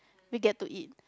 we get to eat